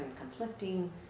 conflicting